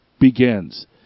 begins